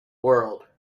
world